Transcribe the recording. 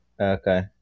okay